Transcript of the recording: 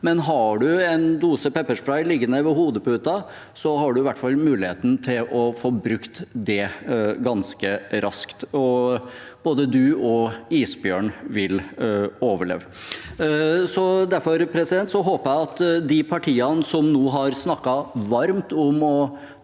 men har du en dose pepperspray liggende ved hodeputen, har du i hvert fall muligheten til å få brukt den ganske raskt, og både du og isbjørnen vil overleve. Derfor håper jeg at de partiene som nå har snakket varmt om å